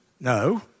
No